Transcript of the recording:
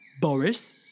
Boris